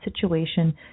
situation